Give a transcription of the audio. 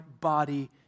body